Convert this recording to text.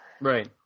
Right